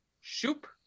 Shoop